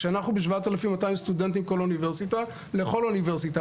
כשאנחנו ב- 7,200 סטודנטים כל אוניברסיטה לכל אוניברסיטה,